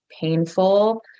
painful